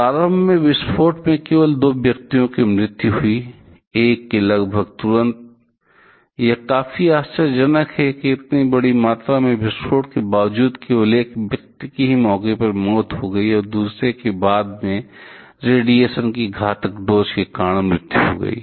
प्रारंभ में विस्फोट में केवल 2 व्यक्तियों की मृत्यु हुई एक कि लगभग तुरंत यह काफी आश्चर्जनक है यह इतनी बड़ी मात्रा में विस्फोट के बावजूद केवल एक व्यक्ति की मौके पर ही मौत हो गई और दूसरे की बाद में रेडिएशन की घातक डोज़ के कारण मृत्यु हो गई